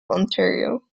ontario